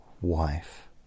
wife